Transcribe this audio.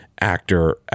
actor